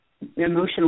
emotionally